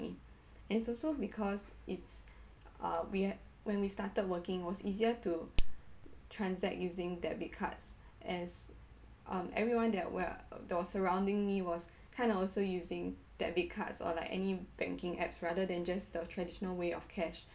and it's also because if uh we ha~ when we started working was easier to transact using debit cards as um everyone that we're that was surrounding me was kind of also using debit cards or like any banking apps rather than just the traditional way of cash